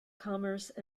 commerce